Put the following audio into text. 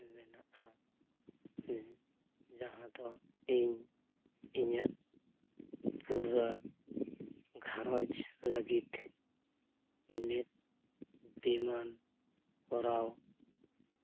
ᱢᱮᱱᱟᱜᱼᱟ ᱡᱟᱦᱟᱸ ᱫᱚ ᱤᱧ ᱤᱧᱟᱹᱜ ᱯᱩᱨᱟᱹ ᱜᱷᱟᱨᱚᱸᱡᱽ ᱞᱟᱹᱜᱤᱫ ᱢᱤᱫ ᱵᱤᱢᱟᱧ ᱠᱚᱨᱟᱣ